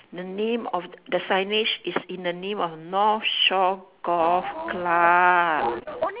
the name of the signage is in the name of north shore golf club